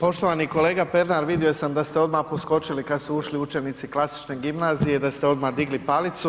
Poštovani kolega Pernar vidio sam da ste odmah poskočili kad su ušli učenici Klasične gimnazije i da ste odmah digli palicu.